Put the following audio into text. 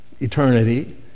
eternity